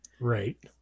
Right